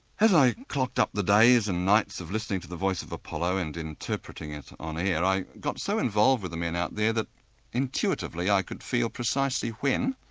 as i clocked up the days and nights of listening to the voice of apollo and interpreting it on air, i got so involved with the men out there that intuitively i could feel precisely when,